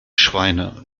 schweine